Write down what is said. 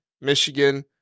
Michigan